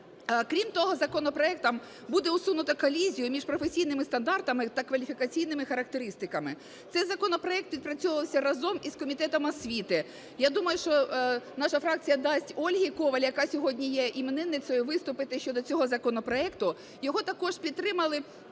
Крім того, законопроектом буде усунуто колізію між професійними стандартами та кваліфікаційними характеристиками. Цей законопроект відпрацьовувався разом із Комітетом освіти. Я думаю, що наша фракція дасть Ользі Коваль, яка сьогодні є іменинницею, виступити щодо цього законопроекту. Його також підтримали